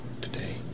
Today